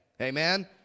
Amen